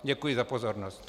Děkuji za pozornost.